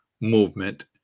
movement